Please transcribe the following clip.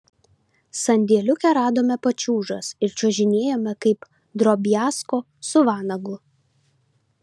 sandėliuke radome pačiūžas ir čiuožinėjome kaip drobiazko su vanagu